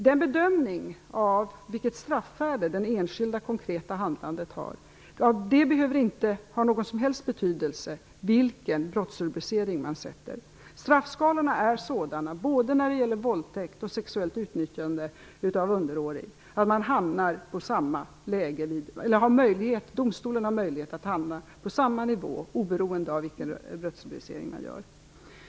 För bedömningen av vilket straffvärde den enskilda konkreta handlingen har det inte någon som helst betydelse vilken brottsrubricering man sätter. Straffskalorna är sådana både när det gäller våldtäkt och sexuellt utnyttjande av underårig att domstolen har möjlighet att hamna på samma nivå oberoende av vilken brottsrubricering som görs.